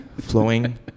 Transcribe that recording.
flowing